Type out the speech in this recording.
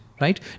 right